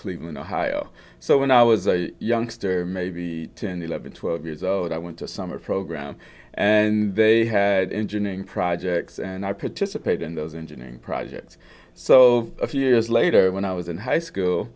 cleveland ohio so when i was a youngster maybe ten eleven twelve years old i went to summer program and they had engineering projects and i participate in those engineering projects so a few years later when i was in high school